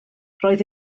roedd